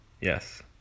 Yes